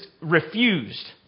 refused